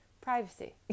privacy